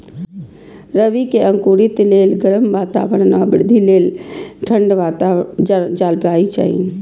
रबी के अंकुरण लेल गर्म वातावरण आ वृद्धि लेल ठंढ जलवायु चाही